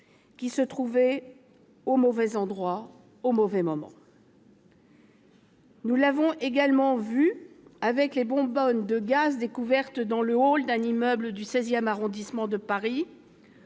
qui se trouvaient au mauvais endroit au mauvais moment. Nous l'avons également vu avec les bonbonnes de gaz découvertes dans le hall d'un immeuble du XVI arrondissement de Paris,